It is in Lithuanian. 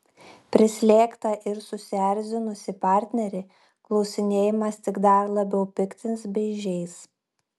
prislėgtą ir susierzinusį partnerį klausinėjimas tik dar labiau piktins bei žeis